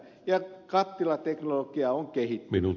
ja kattilateknologia on kehittynyt